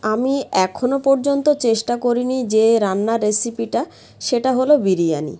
আমি এখনো পর্যন্ত চেষ্টা করি নি যে রান্নার রেসিপিটা সেটা হলো বিরিয়ানি